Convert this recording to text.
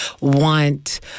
want